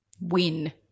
win